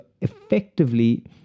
effectively